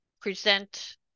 present